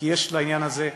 כי יש בעניין הזה,